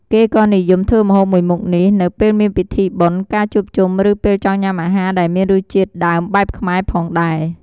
គេក៏និយមធ្វើម្ហូបមួយមុខនេះនៅពេលមានពិធីបុណ្យ ការជួបជុំ ឬពេលចង់ញ៉ាំអាហារដែលមានរសជាតិដើមបែបខ្មែរផងដែរ។